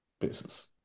basis